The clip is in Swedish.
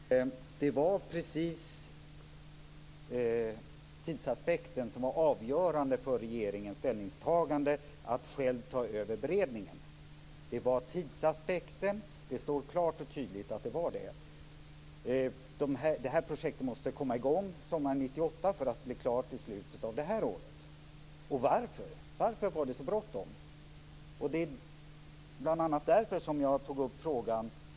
Fru talman! Det var precis tidsaspekten som var avgörande för regeringens ställningstagande, att själv ta över beredningen. Det var tidsaspekten. Det står klart och tydligt att det var så. Projektet måste komma i gång sommaren 1998 för att bli klart till slutet av det här året. Varför var det så bråttom? Det är bl.a. därför som jag tog upp frågan.